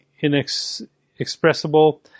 inexpressible